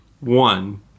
One